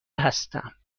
هستم